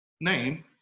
name